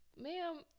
Ma'am